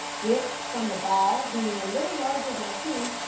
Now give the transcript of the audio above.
which, from the ball being little larger than a pea,